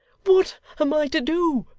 what am i to do?